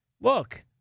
look